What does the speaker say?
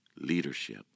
Leadership